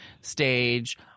stage